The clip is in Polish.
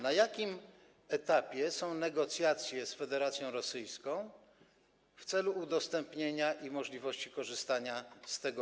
Na jakim etapie są negocjacje z Federacją Rosyjską w celu udostępnienia tego pasma i możliwości korzystania z niego?